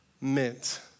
meant